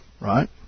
right